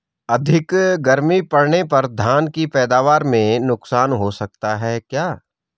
अधिक गर्मी पड़ने पर धान की पैदावार में नुकसान हो सकता है क्या?